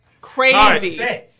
Crazy